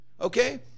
Okay